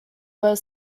were